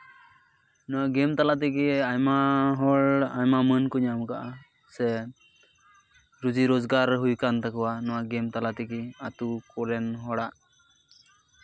ᱱᱚᱣᱟ ᱜᱮᱢ ᱛᱟᱞᱟ ᱛᱮᱜᱮ ᱟᱭᱢᱟ ᱦᱚᱲ ᱟᱭᱢᱟ ᱢᱟᱹᱱ ᱠᱚ ᱧᱟᱢ ᱟᱠᱟᱫᱼᱟ ᱥᱮ ᱨᱩᱡᱤ ᱨᱳᱡᱽᱜᱟᱨ ᱦᱩᱭ ᱟᱠᱟᱱ ᱛᱟᱠᱚᱣᱟ ᱱᱚᱣᱟ ᱜᱮᱢ ᱛᱟᱞᱟ ᱛᱮᱜᱮ ᱟᱹᱛᱩ ᱠᱚᱨᱮᱱ ᱦᱚᱲᱟᱜ